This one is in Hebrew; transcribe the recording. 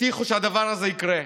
הבטיחו שהדבר הזה יקרה,